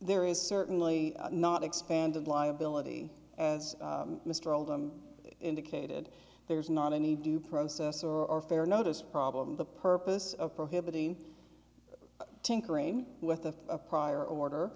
there is certainly not expanded liability as mr oldham indicated there's not any due process or fair notice problem the purpose of prohibiting tinkering with the prior order